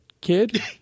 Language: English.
kid